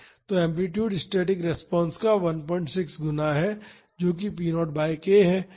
तो amplitude static response का 16 गुना है जो कि p0 बाई k है